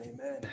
amen